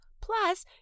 Plus